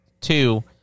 two